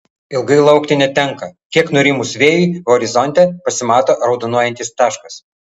ilgai laukti netenka kiek nurimus vėjui horizonte pasimato raudonuojantis taškas